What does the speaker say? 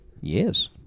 Yes